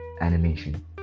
animation